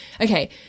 Okay